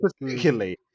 particularly